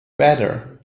better